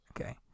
Okay